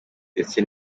ndetse